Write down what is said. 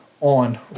on